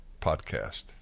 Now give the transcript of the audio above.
podcast